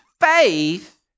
faith